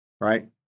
right